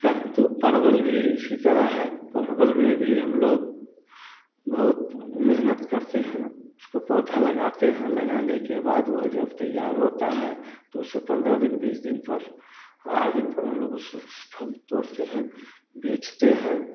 कद्दू परवल भी इसी तरह है परवल में भी हम लोग बहुत मेहनत करते हैं उसको पौधा लगाते हैं लगाने के बाद वह जब तैयार होता है तो उसे पंद्रह दिन बीस दिन पर आठ दिन पर उस फल तोड़ते हैं बेचते हैं